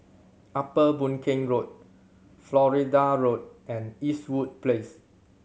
Upper Boon Keng Road Florida Road and Eastwood Place